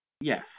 Yes